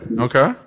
Okay